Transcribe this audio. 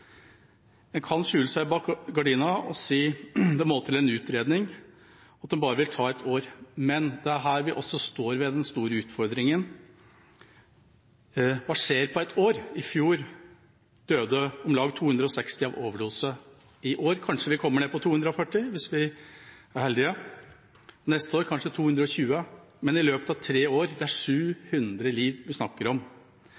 En kan skjule seg bak gardinen og si at det må til en utredning, at det bare vil ta ett år, men det er også her vi står ved den store utfordringen: Hva skjer på ett år? I fjor døde om lag 260 av overdose. I år kommer vi kanskje ned på 240, hvis vi er heldige – neste år kanskje 220. Men i løpet av tre år er det 700 liv vi snakker om. Det er